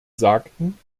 sagten